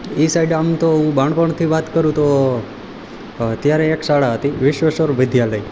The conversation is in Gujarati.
ઈ સાઈડ આમ તો હું બાળપણથી વાત કરું તો ત્યારે એક શાળા હતી વિશ્વેસર વિદ્યાલય